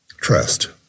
trust